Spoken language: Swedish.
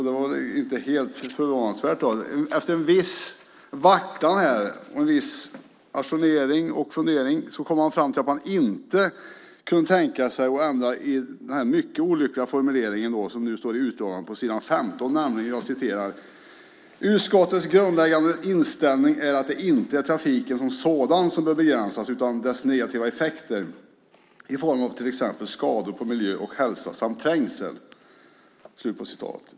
Det var inte helt förvånande. Efter ett visst vacklande och en viss ajournering och fundering kom man fram till att man inte kunde tänka sig att ändra i följande mycket olyckliga formulering på s. 15 i utlåtandet: "Utskottets grundläggande inställning är att det inte är trafiken som sådan som bör begränsas utan dess negativa effekter i form av t.ex. skador på miljö och hälsa samt trängsel."